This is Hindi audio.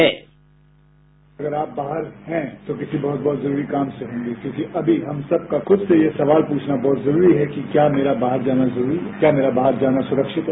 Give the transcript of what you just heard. साउंड बाईट अगर आप बाहर हैं तो किसी बहुत बहुत जरूरी काम से रहेंगे क्योंकि अभी हम सबका खुद से सवाल पूछना यह बहुत जरूरीहै कि क्या मेरा बाहर जाना जरूरी है क्या मेरा बाहर जाना सुरक्षित है